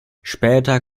später